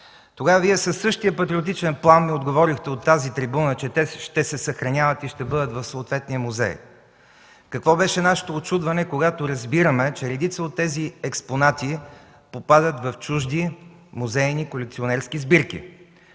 Тогава със същият патриотичен плам ми отговорихте от тази трибуна, че те ще се съхраняват и ще бъдат в съответния музей. Какво беше нашето учудване, когато разбираме, че редица от тези експонати попадат в чужди музейни колекционерски сбирки.